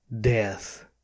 Death